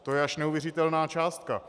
To je až neuvěřitelná částka.